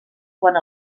quant